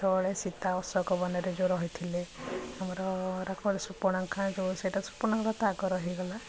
ସେତେବେଳେ ସୀତା ଅଶୋକ ବନେରେ ଯେଉଁ ରହିଥିଲେ ଆମର ସୁପର୍ଣ୍ଣେଖା ଯେଉଁ ସେଇଟା ସୁପର୍ଣ୍ଣେଖା ତ ଆଗ ରହିଗଲା